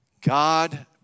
God